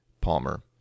Palmer